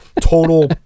total